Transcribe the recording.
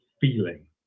feeling